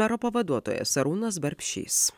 mero pavaduotojas arūnas barbšys